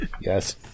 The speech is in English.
Yes